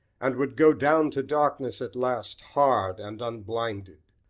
and would go down to darkness at last hard and unblinded.